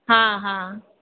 हँ हँ